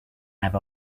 have